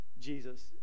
Jesus